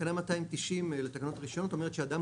תקנה 290 לתקנות רישיון אומרת שאדם